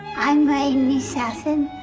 i'm renee sutton,